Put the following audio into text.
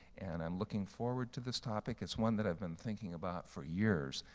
and i'm looking forward to this topic. it's one that i've been thinking about for years.